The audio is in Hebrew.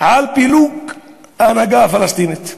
על פילוג ההנהגה הפלסטינית.